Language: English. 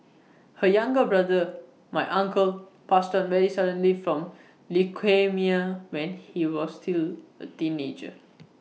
her younger brother my uncle passed on very suddenly from leukaemia when he was still A teenager